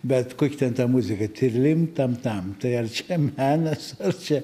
bet kokią ten tą muziką tirlim tam tam tai ar čia menas ar čia